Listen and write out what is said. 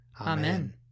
Amen